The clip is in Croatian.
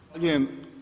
Zahvaljujem.